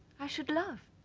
i should love.